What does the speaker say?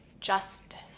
justice